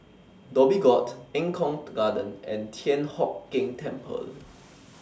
Dhoby Ghaut Eng Kong Garden and Thian Hock Keng Temple